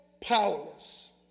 powerless